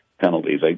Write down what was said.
penalties